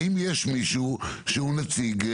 האם יש מישהו שהוא נציג,